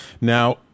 Now